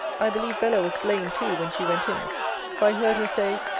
i believe bella was blamed, too, when she went in for i heard her say,